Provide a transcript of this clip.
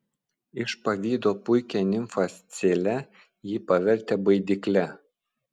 iš pavydo puikią nimfą scilę ji pavertė baidykle